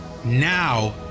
Now